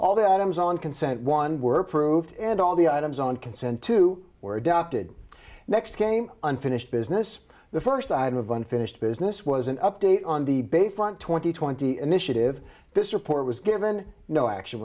all the items on consent one were proved and all the items on consent two were adopted next came unfinished business the first item of unfinished business was an update on the bay front twenty twenty initiative this report was given no action